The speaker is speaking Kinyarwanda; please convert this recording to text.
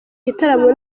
gitaramo